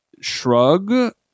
shrug